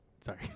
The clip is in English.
Sorry